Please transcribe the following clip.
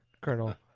Colonel